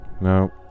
No